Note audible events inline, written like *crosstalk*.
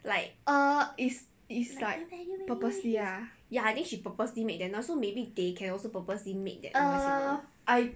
like *noise* ya I think she purposely make that so maybe they can also purposely you make that noise